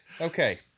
Okay